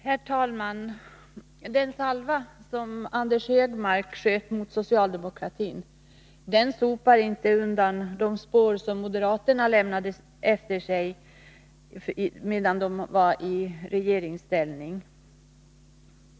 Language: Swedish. Herr talman! Den salva som Anders Högmark sköt mot socialdemokratin sopar inte undan de spår som moderaterna lämnat efter sig från den tid då de var i regeringsställning.